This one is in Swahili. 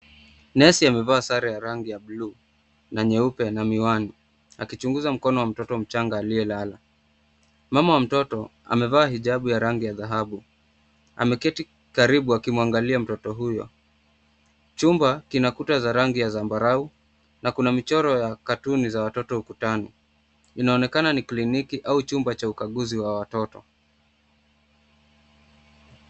Nesi amevaa sare ya rangi ya blu na nyeupe na miwani akichunguza mkono wa mtoto mchanga aliyelala. Mama wa mtoto amevaa hijab ya rangi ya dhahabu . Ameketi karibu akimwangalia mtoto huyo . Chumba kina kuta za rangi ya zambarau na kuna michoro ya katuni za watoto ukutani . Inaonekana ni kliniki au chumba cha ukaguzi wa watoto.